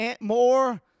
more